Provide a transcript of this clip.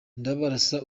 ndabarasa